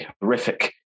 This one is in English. horrific